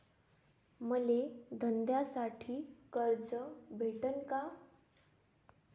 मले धंद्यासाठी कर्ज भेटन का?